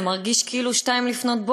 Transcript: ההרגשה היא כאילו 02:00,